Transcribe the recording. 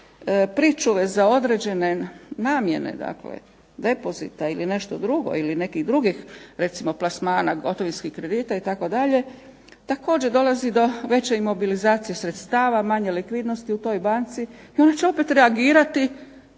pričuve za određene namjene dakle, depozita ili nešto drugo ili nekih drugih recimo plasmana, gotovinskih kredita itd. također dolazi do veće imobilizacije sredstava, manje likvidnosti u toj banci i ona će opet reagirati